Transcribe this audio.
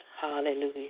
Hallelujah